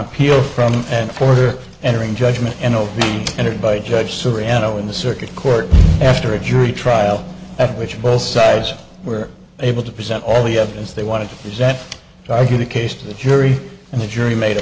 appeal from and for the entering judgment and opening entered by judge soriano in the circuit court after a jury trial at which both sides were able to present all the evidence they wanted is that i view the case to the jury and the jury made a